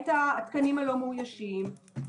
את התקנים הלא מאוישים,